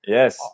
Yes